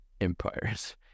empires